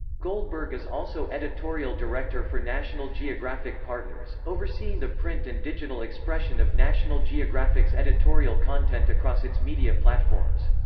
goldberg is also editorial director for national geographic partners, overseeing the print and digital expression of national geographic's editorial content across its media platforms.